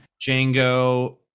Django